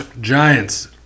Giants